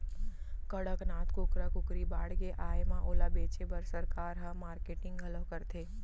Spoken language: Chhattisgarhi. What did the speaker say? कड़कनाथ कुकरा कुकरी बाड़गे आए म ओला बेचे बर सरकार ह मारकेटिंग घलौ करथे